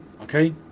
Okay